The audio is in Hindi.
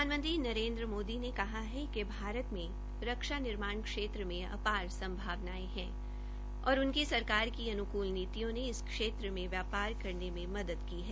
प्रधानमंत्री नरेन्द्र मोदी ने कहा है कि भारत के रक्षा निर्माण क्षेत्र में आपार संभावनायें है और उनकी सरकार की अनुकुल नीतियों ने इस क्षेत्र में व्यापार करने में मदद की है